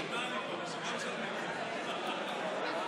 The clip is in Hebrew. במקרה שתהיה תקלה בעמדה תסמנו,